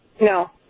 No